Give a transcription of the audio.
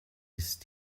ist